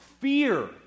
fear